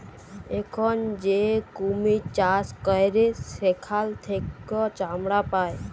এখল যে কুমির চাষ ক্যরে সেখাল থেক্যে চামড়া পায়